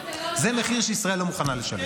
זה מחיר שישראל לא מוכנה לשלם.